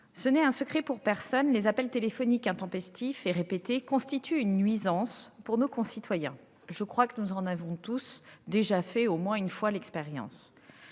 ce n'est un secret pour personne : les appels téléphoniques intempestifs et répétés constituent une nuisance pour nos concitoyens. Nous en avons tous déjà fait au moins une fois l'expérience.